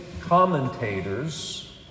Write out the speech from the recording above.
commentators